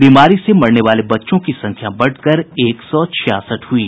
बीमारी से मरने वाले बच्चों की संख्या बढ़कर एक सौ छियासठ हुयी